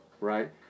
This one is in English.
right